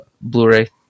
Blu-ray